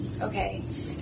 Okay